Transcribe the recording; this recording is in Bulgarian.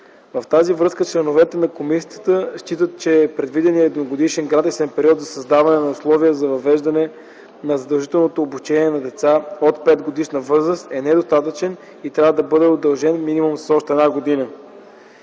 В тази връзка членовете на комисията считат, че предвидения едногодишен гратисен период за създаване на условия за въвеждане на задължителното обучение на деца от 5-годишна възраст е недостатъчен и трябва да бъде удължен минимум с още една година.